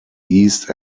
east